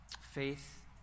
Faith